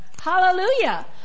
Hallelujah